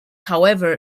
however